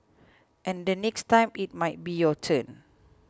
and the next time it might be your turn